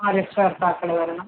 ആ രക്ഷകർത്താക്കൾ വരണം